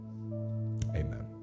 amen